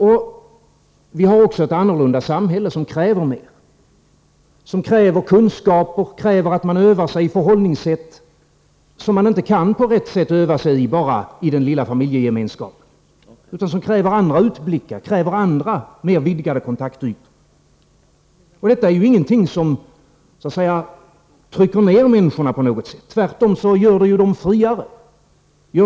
Även samhället är annorlunda. Det kräver mera nu. Det kräver kunskaper och att man övar sig i olika förhållningssätt. Det kan man inte göra på rätt sätt enbart inom den lilla familjegemenskapen. Det krävs således andra utblickar, andra mera vidgade kontaktytor. Det är ingenting som så att säga trycker ned människorna på något sätt, tvärtom. Människorna blir därmed friare.